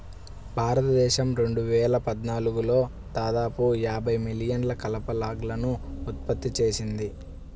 భారతదేశం రెండు వేల పద్నాలుగులో దాదాపు యాభై మిలియన్ల కలప లాగ్లను ఉత్పత్తి చేసింది